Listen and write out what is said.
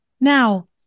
now